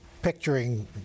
picturing